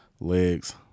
legs